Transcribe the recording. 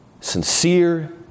sincere